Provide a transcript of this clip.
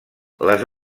les